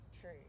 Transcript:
true